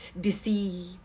deceive